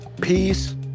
Peace